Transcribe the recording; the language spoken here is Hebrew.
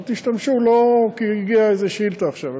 אבל תשתמשו לא כי הגיעה איזה שאילתה עכשיו,